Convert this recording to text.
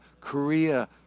Korea